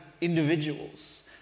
individuals